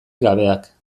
gabeak